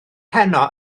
heno